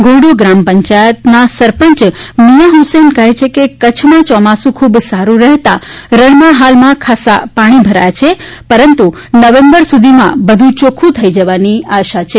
ઘોરડો ગ્રામ પંચાયતના સરપંય મિયાં હ્સૈન કહે છે કે કચ્છમાં ચોમાસું ખુબ સારું રહેતા રણમાં હાલમાં ખાસ્સા પાણી ભરાયા છે પરંતુ નવેમ્બર સુધીમાં બધુ ચોખ્ખ્ં થઈ જવાની આશા છે